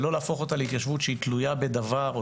ולא להפוך אותה להתיישבות שתלויה בדבר או